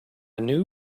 new